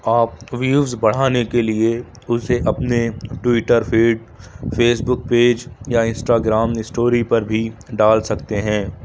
آپ ویوز بڑھانے کے لیے اسے اپنے Twitter feed Facebook page یا انسٹاگرام اسٹوری پر بھی ڈال سکتے ہیں